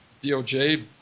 DOJ